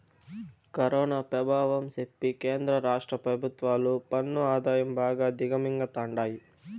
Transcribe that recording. corona పెభావం సెప్పి కేంద్ర రాష్ట్ర పెభుత్వాలు పన్ను ఆదాయం బాగా దిగమింగతండాయి